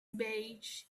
beige